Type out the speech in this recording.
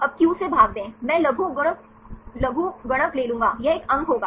अब q से भाग दें मैं लघुगणक ले लूंगा यह एक अंक होगा